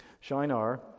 Shinar